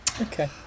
Okay